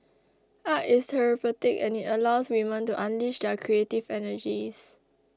art is therapeutic and it allows women to unleash their creative energies